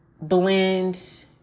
blend